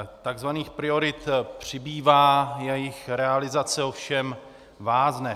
Takzvaných priorit přibývá, jejich realizace ovšem vázne.